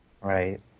Right